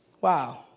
Wow